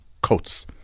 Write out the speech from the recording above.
coats